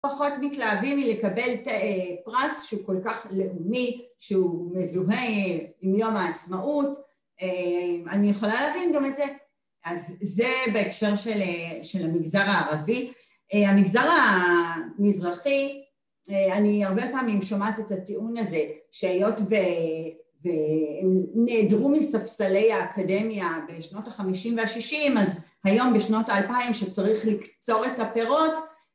פחות מתלהבים מלקבל פרס שהוא כל כך לאומי, שהוא מזוהה עם יום העצמאות, אני יכולה להבין גם את זה. אז זה בהקשר של המגזר הערבי. המגזר המזרחי, אני הרבה פעמים שומעת את הטיעון הזה, שהיות ונעדרו מספסלי האקדמיה בשנות ה-50 וה-60, אז היום בשנות ה-2000 שצריך לקצור את הפירות,